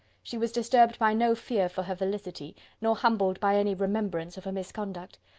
she was disturbed by no fear for her felicity, nor humbled by any remembrance of her misconduct.